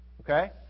Okay